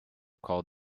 called